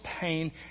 pain